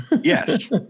yes